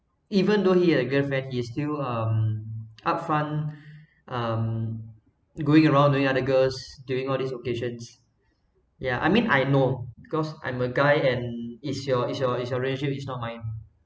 even though he had a girlfriend he still um upfront um going around doing other girls doing all these occasions yeah I mean I know because I'm a guy and it's your it's your it's your relationship it's not mine